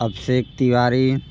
Abhishek Tiwari